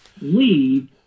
leave